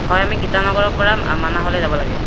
হয় আমি গীতানগৰৰ পৰা মানাহলৈ যাব লাগে